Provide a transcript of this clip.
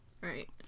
right